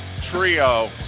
trio